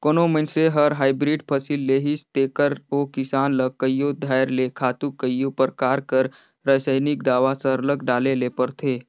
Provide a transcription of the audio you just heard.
कोनो मइनसे हर हाईब्रिड फसिल लेहिस तेकर ओ किसान ल कइयो धाएर ले खातू कइयो परकार कर रसइनिक दावा सरलग डाले ले परथे